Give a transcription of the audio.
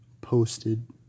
posted